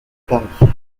paris